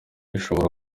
ishobora